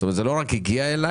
זאת אומרת זה לא רק הגיע אליי,